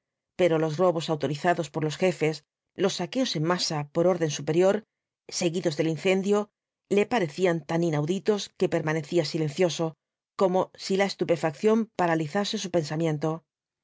pero los robos autorizados por los jefes los saqueos en masa por orden superior seguidos del incendio le parecían tan inauditos que permanecía silencioso como si la estupefacción paralizase su pensamiento